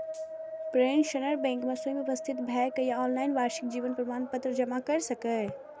pensioner bank मे स्वयं उपस्थित भए के या ऑनलाइन वार्षिक जीवन प्रमाण पत्र जमा कैर सकैए